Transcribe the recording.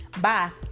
Bye